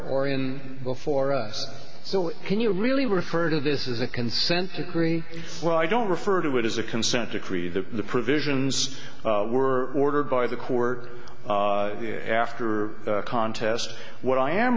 in before us so can you really refer to this is a consent decree well i don't refer to it as a consent decree that the provisions were ordered by the court after the contest what i am